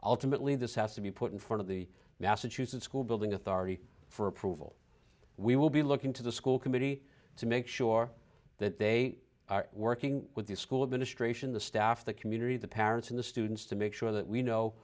ultimately this has to be put in front of the massachusetts school building authority for approval we will be looking to the school committee to make sure that they are working with the school administration the staff the community the parents and the students to make sure that we know